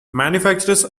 manufacturers